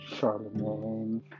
Charlemagne